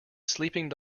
sleeping